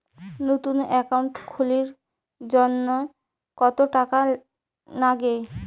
নতুন একাউন্ট খুলির জন্যে কত টাকা নাগে?